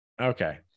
Okay